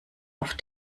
auf